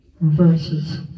Verses